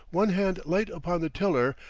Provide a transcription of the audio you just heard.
one hand light upon the tiller,